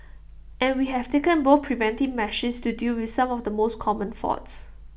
and we have taken both preventive measures to deal with some of the most common faults